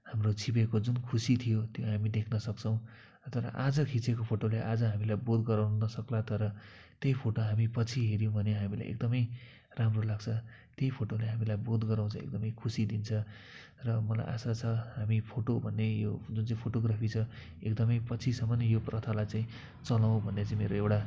हाम्रो छिपेको जुन खुसी थियो त्यो हामी देख्न सक्छौँ तर आज खिचेको फोटोले आज हामीलाई बोध गराउन नसक्ला तर त्यही फोटो हामी पछि हेऱ्यौँ भने हामीलाई एकदमै राम्रो लाग्छ त्यही फोटोले हामीलाई बोध गराउँछ एकदमै खुसी दिन्छ र मलाई आशा छ हामी फोटो भन्ने यो जुन चाहिँ फोटोग्राफी छ एकदमै पछिसम्म यो प्रथालाई चाहिँ चलाऔँ भन्ने चाहिँ मेरो एउटा